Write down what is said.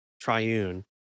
triune